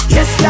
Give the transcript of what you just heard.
Yes